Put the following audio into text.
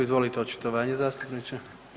Izvolite očitovanje zastupniče.